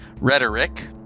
rhetoric